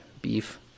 beef